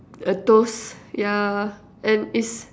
a toast yeah and is